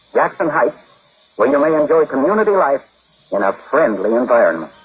jackson heights where you may enjoy community life in a friendly environment.